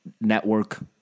network